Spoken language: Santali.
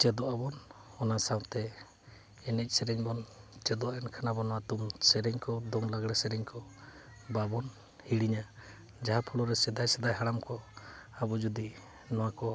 ᱪᱮᱫᱚᱜ ᱟᱵᱚᱱ ᱚᱱᱟ ᱥᱟᱶᱛᱮ ᱮᱱᱮᱡ ᱥᱮᱨᱮᱧ ᱵᱚᱱ ᱪᱮᱫᱚᱜᱼᱟ ᱮᱱᱠᱷᱟᱱ ᱟᱵᱚ ᱱᱚᱣᱟ ᱛᱩᱢ ᱥᱮᱨᱮᱧ ᱠᱚ ᱫᱚᱝ ᱞᱟᱜᱽᱲᱮ ᱥᱮᱨᱮᱧ ᱠᱚ ᱵᱟᱵᱚᱱ ᱦᱤᱲᱤᱧᱟ ᱡᱟᱦᱟᱸ ᱯᱟᱹᱦᱤᱞ ᱨᱮ ᱥᱮᱫᱟᱭ ᱥᱮᱫᱟᱭ ᱦᱟᱲᱟᱢ ᱠᱚ ᱟᱵᱚ ᱡᱩᱫᱤ ᱱᱚᱣᱟ ᱠᱚ